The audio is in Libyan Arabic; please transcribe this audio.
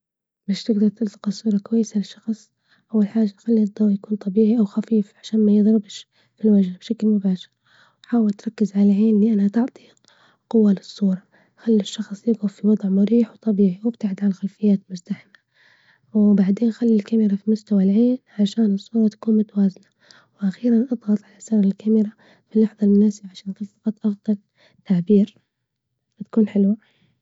باش تجدر تلتقط صورة كويس للشخص أول حاجة خلي الضو يكون طبيعي أو خفيف عشان ميضربش في الوجه بشكل مباشر، وحاول تركز على العين لأنها تعطي قوة للصورة خلي الشخص يجف في وضع مريح وطبيعي وابتعد عن الخلفيات المزدحمة وبعدين خلي الكاميرا في مستوى العين عشان الصورة تكون متوازنة وأخيرا اضغط على زر الكاميرا في اللحظة المناسبة عشان تلتقط أفضل تعبير وتكون حلوة.